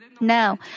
Now